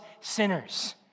sinners